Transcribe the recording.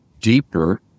deeper